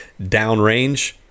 downrange